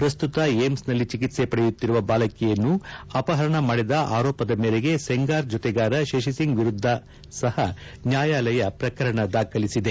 ಪ್ರಸ್ತುತ ಏಮ್ಗನಲ್ಲಿ ಚಿಕಿತ್ಲೆ ಪಡೆಯುತ್ತಿರುವ ಬಾಲಕಿಯನ್ನು ಅಪಹರಣ ಮಾಡಿದ ಆರೋಪದ ಮೇರೆಗೆ ಸೆಂಗಾರ್ ಜೊತೆಗಾರ ಶಶಿ ಸಿಂಗ್ ವಿರುದ್ದ ಸಹ ನ್ಯಾಯಾಲಯ ಪ್ರಕರಣ ದಾಖಲಿಸಿದೆ